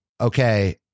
okay